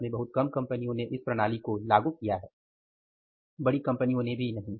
भारत में बहुत कम कंपनियों ने इस प्रणाली को लागू किया है बड़ी कंपनियों ने भी नहीं